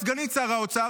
לסגנית שר האוצר,